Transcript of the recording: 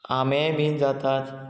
आमेय बी जातात